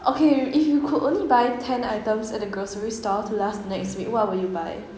okay if you could only buy ten items at the grocery store to last the next week what will you buy